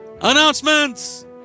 Announcements